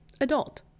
adult